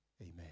Amen